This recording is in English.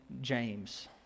James